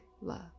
love